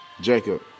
Jacob